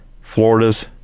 Florida's